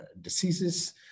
diseases